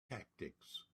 tactics